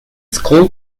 school